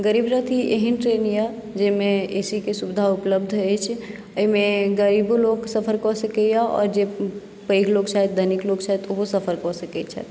गरीब रथ ई एहन ट्रेन यऽ जइमे ए सी के सुविधा उपलब्ध अछि अइमे गरीबो लोक सफर कऽ सकइए आओर जे पैघ लोक छथि धनिक लोक छथि ओहो सफर कऽ सकय छथि